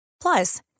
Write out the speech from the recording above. Plus